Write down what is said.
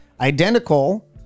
Identical